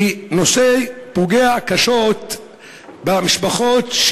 ונושא שפוגע קשות במשפחות,